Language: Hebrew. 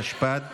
התשפ"ד 2023,